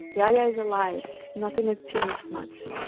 iaia is alive. nothing has changed much.